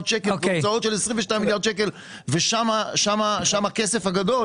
שקלים והוצאות של 22 מיליארד שקלים ושם הכסף הגדול